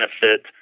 benefit